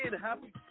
Happy